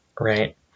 right